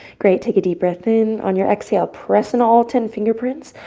great. take a deep breath in. on your exhale, press in all ten fingerprints.